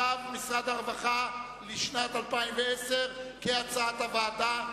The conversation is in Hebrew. משרד הרווחה, לשנת 2010, כהצעת הוועדה.